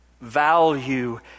value